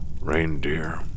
reindeer